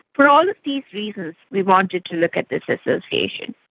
for all of these reasons we wanted to look at this association.